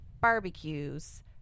barbecues